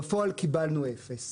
בפועל קיבלנו אפס.